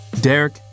Derek